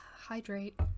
hydrate